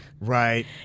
Right